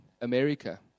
America